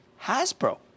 Hasbro